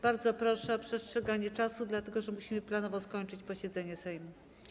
Bardzo proszę o przestrzeganie czasu, dlatego że musimy planowo skończyć posiedzenie Sejmu.